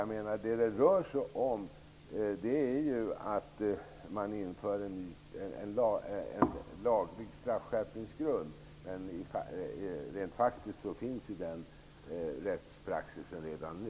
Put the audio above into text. Vad det rör sig om är enligt min mening att man inför en straffskärpningsgrund i lagstiftningen men att denna rättspraxis rent faktiskt finns redan nu.